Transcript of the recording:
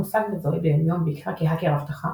המושג מזוהה ביומיום בעיקר כהאקר אבטחה,